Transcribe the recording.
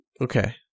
Okay